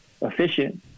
efficient